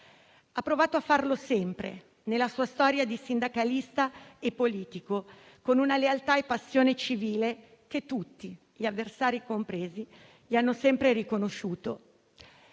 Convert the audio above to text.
Ha provato a farlo sempre nella sua storia di sindacalista e politico con una lealtà e una passione civile che tutti, avversari compresi, gli hanno sempre riconosciuto.